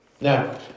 Now